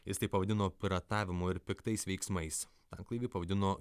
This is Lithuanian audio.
jis tai pavadino piratavimu ir piktais veiksmais tanklaivį pavadino